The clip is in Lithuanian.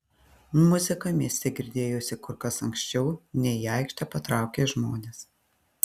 muzika mieste girdėjosi kur kas anksčiau nei į aikštę patraukė žmonės